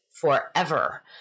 forever